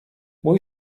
mój